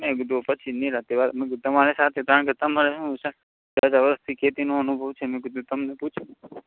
મેં કીધું પછી નિરાંતે વાત મેં કીધું તમારી સાથે કારણ કે તમારે શું ઝાઝા વરસથી ખેતીનો અનુભવ છે મેં કીધું તમને પૂછી લઉં